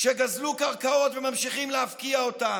כשגזלו קרקעות וממשיכים להפקיע אותן,